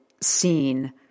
seen